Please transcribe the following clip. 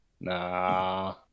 Nah